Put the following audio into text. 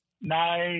Nice